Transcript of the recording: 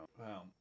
Wow